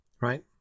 right